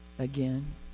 again